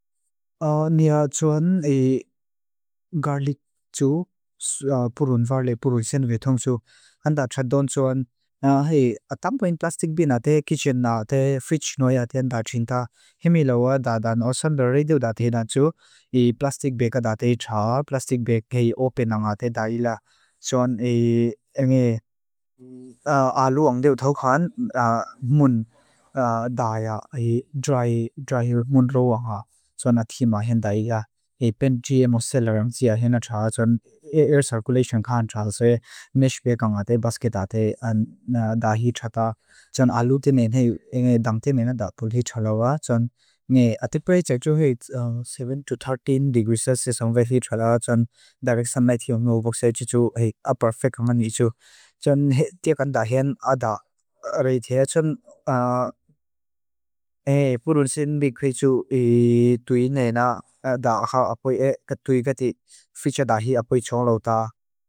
Nia tsuan i garlit tsu purun varle purusen vetong su. Anda txaddon tsuan. Hei, atampein plastik bin ate, kitchen ate, fridge noi ate anda txinta. Himi lawa dadan osambe reidiu dati na tsu i plastik beka dati i txa, plastik beka i open ang ate daila. Tsuan ang e alu ang deyutuakhan mun daya i dry, dry mun roanga. Tsuan atima hinda iga. E pent GMO cellar ang tia hinda txa. Tsuan air circulation khaan txa. Tsui mesh beka ang ate basket ate dahi txa ta. Tsuan alu temen hei, e ngay dam temena da pulhi txa lawa. Tsuan ngay atepei tsekju hei, seven to thirteen degrees celciusong vethi txa lawa. Tsuan dagak samaythio ngu voksejitu hei. Aperfect khamani tsu. Tsuan hei, tiakhan dahian ada reithia. Tsuan purun sin mikui tsu i tui nena. Da akha apoi e katui kati fitxa dahi apoi tsong lawta.